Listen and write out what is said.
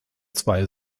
zwei